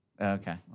Okay